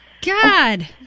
God